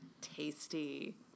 tasty